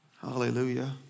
Hallelujah